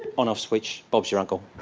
on off switch. bob's your uncle.